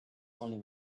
only